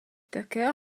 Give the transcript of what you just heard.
tucker